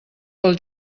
pel